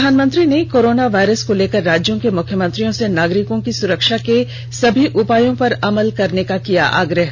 प्रधानमंत्री ने corona virus को लेकर राज्यों के मुख्यमंत्रियों से नागरिकों की सुरक्षा के सभी उपायों पर अमल करने का किया आग्रह